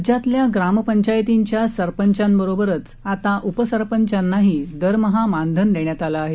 राज्यातल्या ग्रामपंचायतींच्या सरपंचांबरोबरच आता उपसरपंचांनाही दरमहा मानधन देण्यात आलं आहे